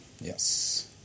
Yes